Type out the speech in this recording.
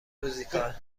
موزیکال